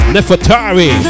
Nefertari